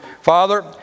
father